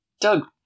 Doug